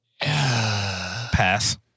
pass